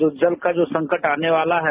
जो जल का जो संकट आने वाला है